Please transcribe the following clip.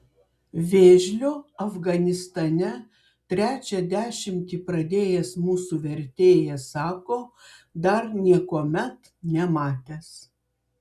vėžlio afganistane trečią dešimtį pradėjęs mūsų vertėjas sako dar niekuomet nematęs